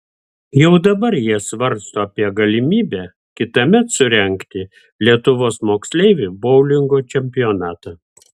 jau dabar jie svarsto apie galimybę kitąmet surengti lietuvos moksleivių boulingo čempionatą